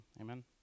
amen